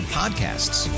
podcasts